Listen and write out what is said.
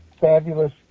fabulous